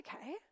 okay